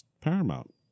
Paramount